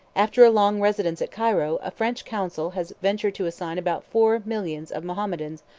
after a long residence at cairo, a french consul has ventured to assign about four millions of mahometans,